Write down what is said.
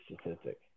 statistic